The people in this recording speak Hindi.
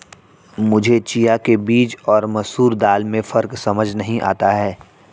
मुझे चिया के बीज और मसूर दाल में फ़र्क समझ नही आता है